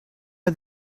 are